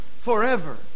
forever